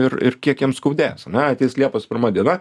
ir ir kiek jiem skaudės ane ateis liepos pirma diena